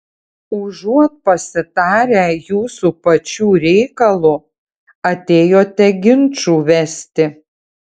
užuot pasitarę jūsų pačių reikalu atėjote ginčų vesti